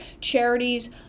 charities